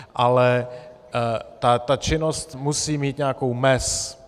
Ale ta činnost musí mít nějakou mez.